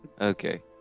Okay